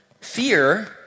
Fear